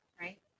right